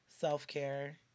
self-care